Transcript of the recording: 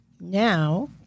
Now